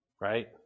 right